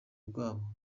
bwabo